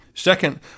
Second